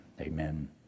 Amen